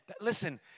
Listen